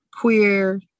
queer